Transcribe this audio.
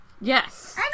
Yes